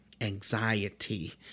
anxiety